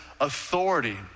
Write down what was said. authority